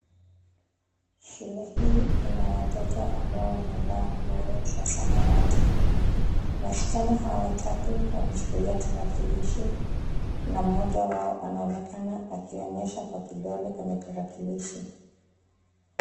Shule hii ina watoto ambao wamevaa nguo za samawati. Wasichana hawa watatu wameshikilia tarakilishi na mmoja wao anaonekana akionyesha kwa kidole kwenye tarakilishi.